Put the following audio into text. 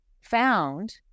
found